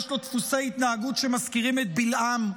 יש לו דפוסי התנהגות שמזכירים את בלעם,